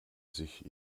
sich